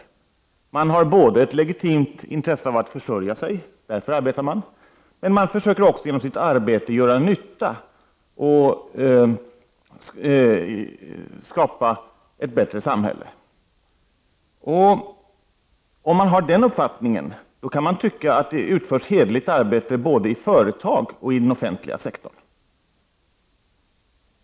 De har både ett legitimt intresse av att försörja sig, därför arbetar de, men de försöker också genom sitt arbete göra nytta och skapa ett bättre samhälle. Om man har denna uppfattning, kan man tycka att det utförs hederligt arbete både i företag och i den offentliga sektorn.